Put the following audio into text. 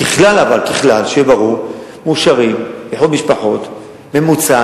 ככלל, שיהיה ברור, מאושר איחוד משפחות, בממוצע